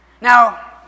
Now